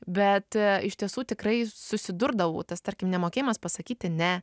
bet iš tiesų tikrai susidurdavau tas tarkim nemokėjimas pasakyti ne